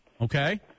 okay